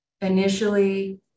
Initially